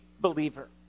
believer